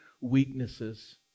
weaknesses